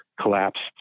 collapsed